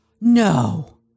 no